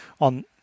on